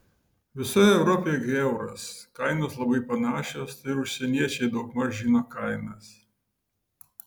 visoje europoje gi euras kainos labai panašios tai ir užsieniečiai daugmaž žino kainas